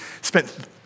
spent